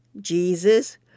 Jesus